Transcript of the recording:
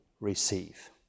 receive